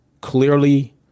clearly